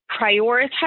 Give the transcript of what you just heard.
prioritize